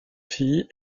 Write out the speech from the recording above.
fille